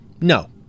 No